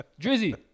Drizzy